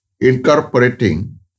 incorporating